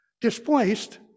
displaced